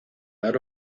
dar